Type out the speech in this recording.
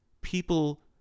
people